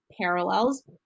parallels